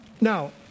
Now